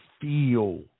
feel